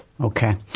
Okay